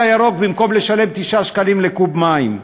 הירוק במקום לשלם 9 שקלים לקוב מים.